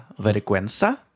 vergüenza